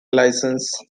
licensee